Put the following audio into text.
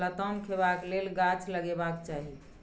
लताम खेबाक लेल गाछ लगेबाक चाही